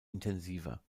intensiver